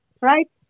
right